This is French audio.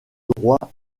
droit